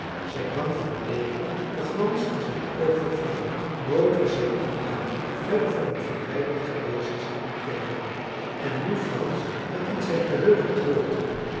zijn wang verbleeken den glans van zijn oog verflauwen nooit was zijn ideaal verder van hem verwijderd geweest dan tegenwoordig en nu frans het in zijn geheugen